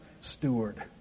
steward